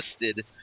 listed